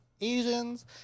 Asians